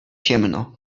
ciemno